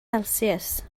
celsius